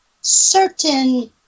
certain